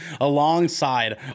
alongside